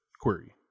query